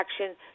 action